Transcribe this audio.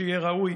שיהיה ראוי,